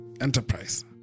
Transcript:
enterprise